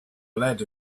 lead